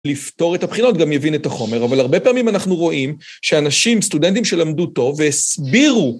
לפתור את הבחינות גם יבין את החומר, אבל הרבה פעמים אנחנו רואים שאנשים, סטודנטים שלמדו טוב והסבירו.